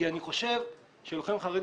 כי אני חושב שלוחם חרדי,